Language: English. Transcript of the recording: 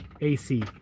ac